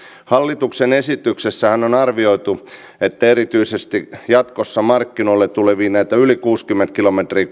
hallituksen esityksessähän on arvioitu että erityisesti jatkossa markkinoille tulevien yli kuusikymmentä kilometriä